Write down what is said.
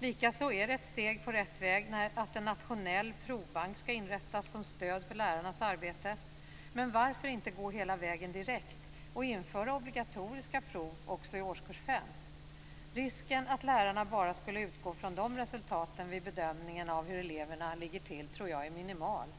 Likaså är det ett steg på rätt väg när en nationell provbank skall inrättas som stöd för lärarnas arbete. Men varför inte gå hela vägen direkt och införa obligatoriska prov också i årskurs 5? Risken att lärarna bara skulle utgå från de resultaten vid bedömningen av hur eleverna ligger till tror jag är minimal.